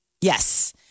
Yes